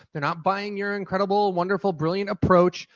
they're not buying your incredible, wonderful, brilliant approach.